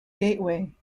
gateway